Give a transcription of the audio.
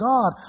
God